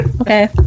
Okay